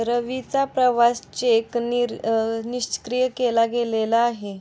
रवीचा प्रवासी चेक निष्क्रिय केला गेलेला आहे